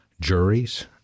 juries